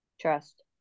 trust